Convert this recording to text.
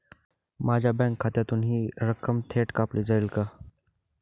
माझ्या बँक खात्यातून हि रक्कम थेट कापली जाईल का?